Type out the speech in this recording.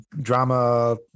drama